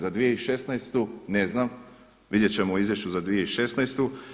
Za 2016. ne znam, vidjet ćemo u izvješću za 2016.